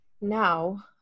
now